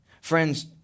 Friends